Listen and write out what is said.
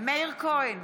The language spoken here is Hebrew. מאיר כהן,